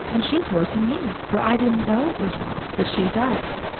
and she's worse'n me, for i didn't know it was wrong but she does.